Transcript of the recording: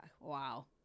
wow